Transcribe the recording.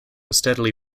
steadily